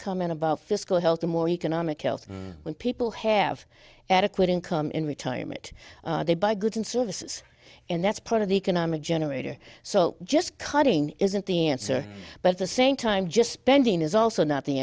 comment about fiscal health or more economic health when people have adequate income in retirement they buy goods and services and that's part of the economic generator so just cutting isn't the answer but the same time just spending is also not the